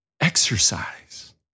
exercise